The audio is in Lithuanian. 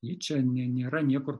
ji čia ne nėra niekur